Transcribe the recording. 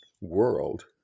world